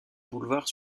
boulevard